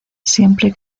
siempre